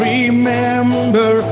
Remember